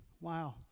Wow